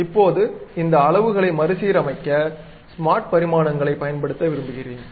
இப்போது இந்த அளவுகளை மறுசீரமைக்க ஸ்மார்ட் பரிமாணங்களைப் பயன்படுத்த விரும்புகிறேன்